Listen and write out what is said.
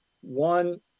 One